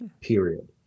period